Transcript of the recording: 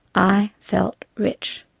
i felt rich.